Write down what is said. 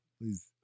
please